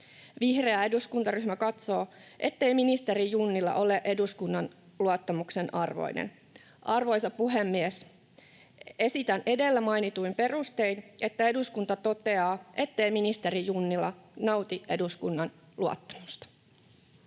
Vihreä eduskuntaryhmä katsoo, ettei ministeri Junnila ole eduskunnan luottamuksen arvoinen. Arvoisa puhemies! Esitän edellä mainituin perustein, että eduskunta toteaa, ettei ministeri Junnila nauti eduskunnan luottamusta.